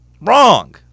Wrong